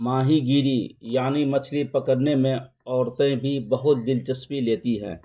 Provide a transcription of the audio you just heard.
ماہی گیری یعنی مچھلی پکڑنے میں عورتیں بھی بہت دلچسپی لیتی ہیں